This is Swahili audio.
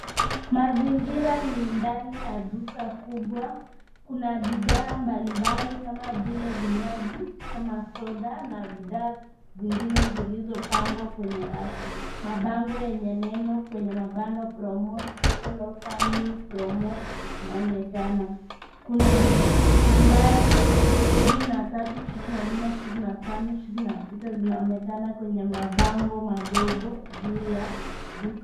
Mazingira ni ndani ya duka kubwa. Kuna bidhaa mbalimbali kama vile vinywaji kama soda na bidha zingine zilizopangwa kwenye rafu. Mabango yenye neno PROMO SPECIAL OFFER NEW PROMO inaonekana. Kuna nambari ishirini na tatu, ishirini na nne, ishirini na tano, ishirini na sita zinaonekana kwenye mabango madogo juu ya duka.